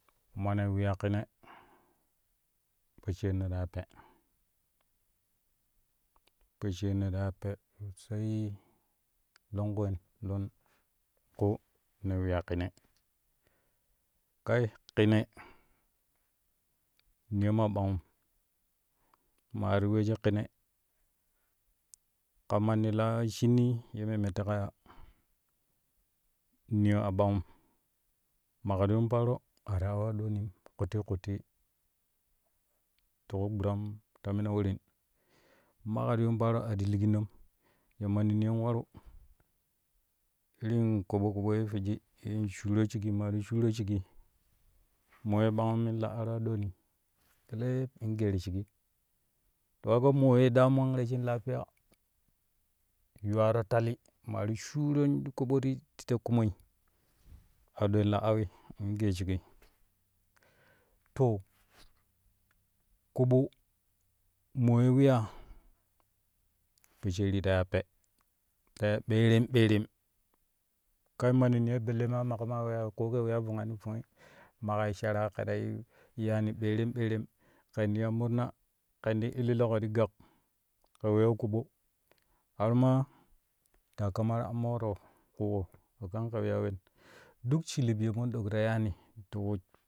Manee weya kine po shaarino ta ya pɛ po shaarin ta ya pɛ sai longku wen don ƙu ne weyaa tine kai kine niyo maa ɓangum maa ti we shik kine ka manni la shinniyi ye memme teƙa ya niyo a ɓangum maƙaa ti yuun paaro a ti au adonim kutti kuttii ti ku gburam ta mina worin maƙa ti yuun paaro. A ti liginnom ya manni niyon waru irin ƙaɓo ƙoɓo ye fwiji in shuuro shigi maa ti shuuro shigi mo ye ɓangum mi la aru aɗoni keleep in geeru shigi to ka ga mo ye daman rashin lafiya yuwaro tali ma ti shuuron shi ƙoɓo ti ta ƙumoi aɗoi la awi in gee shigi to ƙoɓo mo ye weyaa po shaari ta ya pɛ, ta ɓeremɓerem kai manni niyoi belle maa maƙo na weya ko kɛ weya vungani vungi make sharaa kɛ ta yiu yaani ɓerem ɓeerem kɛn ti ya mirna kɛn ti ililoƙo ti gak kɛ weya ƙoɓo har ma takamai ammoro ƙuƙo modang kɛ weya we duk shulib ye mundok ta yaani.